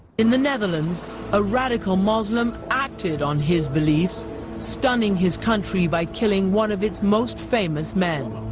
in the netherlands a radical muslim acted on his beliefs stunning his country by killing one of its most famous men